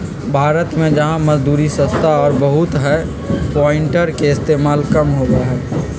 भारत में जहाँ मजदूरी सस्ता और बहुत हई प्लांटर के इस्तेमाल कम होबा हई